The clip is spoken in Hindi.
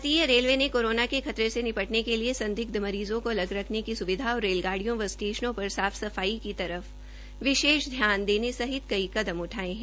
भारतीय रेलवे ने कोरोना के खतरे से निपटने के लिए संदिग्ध मरीज़ो को अलग रखने की स्विधा और रेलगाडिय़ों व स्टेशनों पर साफ सफाई की तरफ विशेष ध्यान देने सहित कई कदम उठाये है